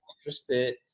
interested